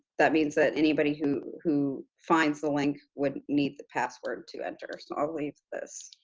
that means that anybody who who finds the link would need the password to enter, so i'll leave this.